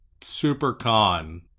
Supercon